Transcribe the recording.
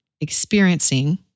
experiencing